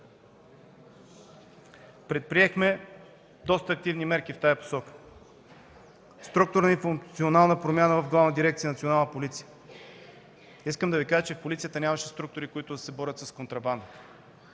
Предприехме доста активни мерки в тази посока. Структурна и функционална промяна в Главна дирекция „Национална полиция”. Искам да Ви кажа, че в полицията нямаше структури, които да се борят с контрабандата.